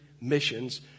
missions